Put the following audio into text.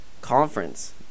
Conference